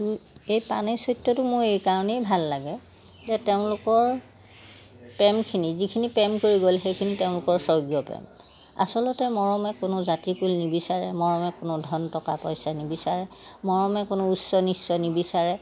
এই পানেইৰ চৰিত্ৰটো মোৰ এইকাৰণেই ভাল লাগে যে তেওঁলোকৰ প্ৰেমখিনি যিখিনি প্ৰেম কৰি গ'ল সেইখিনি তেওঁলোকৰ স্বৰ্গীয় প্ৰেম আচলতে মৰমে কোনো জাতি কূল নিবিচাৰে মৰমে কোনো ধন টকা পইচা নিবিচাৰে মৰমে কোনো উচ্চ নীচ নিবিচাৰে